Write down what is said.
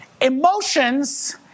emotions